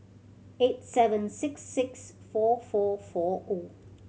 eight seven six six four four four O